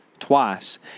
twice